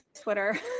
Twitter